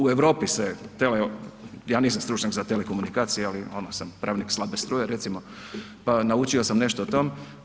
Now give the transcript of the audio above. U Europi se, ja nisam stručnjak za telekomunikacije ali onda sam pravnik slabe struje, recimo pa naučio sam nešto o tom.